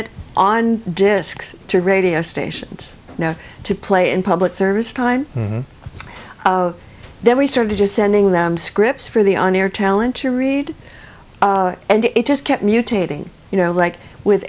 it on discs to radio stations now to play in public service time then we started just sending them scripts for the on air talent to read and it just kept mutating you know like with